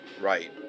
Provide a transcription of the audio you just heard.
Right